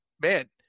man